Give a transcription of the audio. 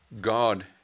God